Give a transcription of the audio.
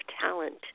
Talent